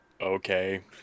Okay